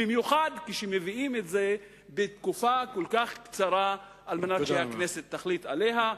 במיוחד כשמביאים את זה בתקופה כל כך קצרה כדי שהכנסת תחליט על זה.